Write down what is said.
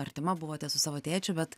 artima buvote su savo tėčiu bet